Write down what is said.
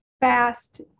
Fast